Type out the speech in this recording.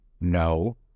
no